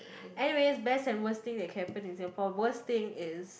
anyway best and worst thing that can happen in Singapore worst thing is